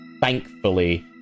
thankfully